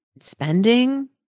spending